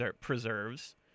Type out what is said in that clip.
preserves